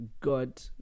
god